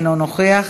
אינו נוכח,